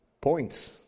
Points